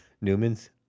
Newman's